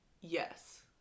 yes